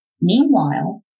Meanwhile